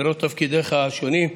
מרוב תפקידיך השונים.